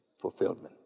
fulfillment